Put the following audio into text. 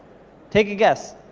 take a guess.